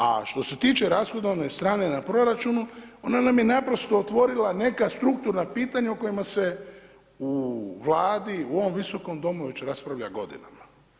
A što se tiče rashodovne strane na proračunu, ona nam je naprosto otvorila neka strukturna pitanja o kojima se u Vladi, u ovom visokom domu već raspravlja godinama.